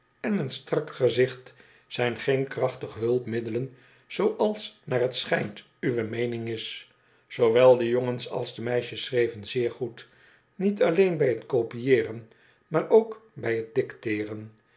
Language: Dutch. en een strak gezicht zijn geen krachtige hulpmiddelen zooals naar het schijnt uwe meening is zoowel de jongens als de meisjes schreven zeer goed niet alleen bij het kopieeren maar ook bij hei